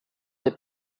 est